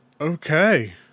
Okay